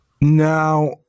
Now